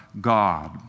God